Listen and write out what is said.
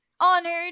honored